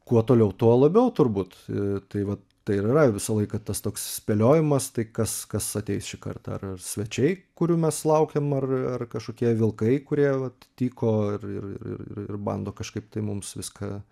kuo toliau tuo labiau turbūt tai vat tai ir yra visą laiką tas toks spėliojimas tai kas kas ateis šį kartą ar svečiai kurių mes laukiam ar ar dar kažkokie vilkai kurie vat tyko ir ir ir ir bando kažkaip tai mums viską